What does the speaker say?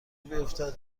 بیفتد